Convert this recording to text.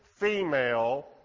female